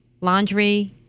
laundry